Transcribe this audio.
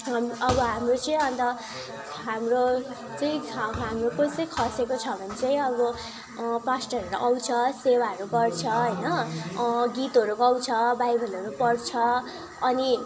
अब हाम्रो चाहिँ अन्त हाम्रो चाहिँ हाम्रो कसै खसेको छ भने चाहिँ अब पास्टरहरू आउँछ सेवाहरू गर्छ होइन गीतहरू गाउँछ बाइबलहरू पढ्छ अनि